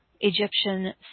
Egyptian